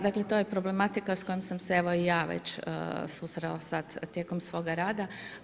Dakle, to je problematika s kojom se evo i ja već susrela sad tijekom svoga rada.